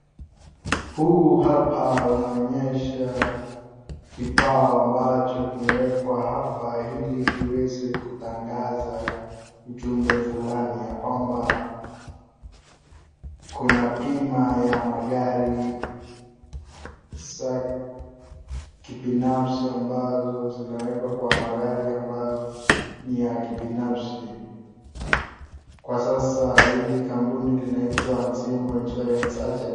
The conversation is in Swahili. Huu hapa unaonyesha kipao ambacho kimewekwa hapa ili kiweze kutangaza ujumbe fulani ya kwamba kuna bima ya magari za kibinafsi ambazo zinawekwa kwa magari ambayo ni ya kibinafsi. Kwa sasa hili kampuni linaitwa Anziano Insurance Agency .